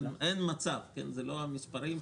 אין מצב, זה לא המספרים.